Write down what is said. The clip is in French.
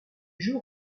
jour